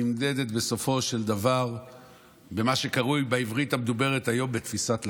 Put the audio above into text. נמדדת בסופו של דבר במה שקרוי בעברית המדוברת היום תפיסת לקוח,